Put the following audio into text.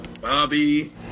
Bobby